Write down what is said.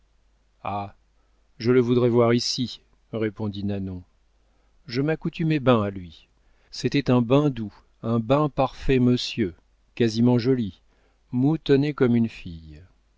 je le voudrais voir ici répondit nanon je m'accoutumais ben à lui c'était un ben doux un ben parfait monsieur quasiment joli moutonné comme une fille